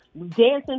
Dancing